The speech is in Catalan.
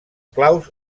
claus